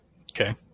Okay